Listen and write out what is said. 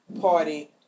Party